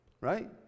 right